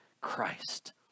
Christ